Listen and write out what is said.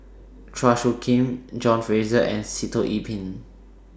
Chua Soo Khim John Fraser and Sitoh Yih Pin